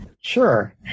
Sure